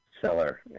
seller